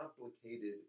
complicated